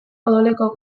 odoleko